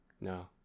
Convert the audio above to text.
No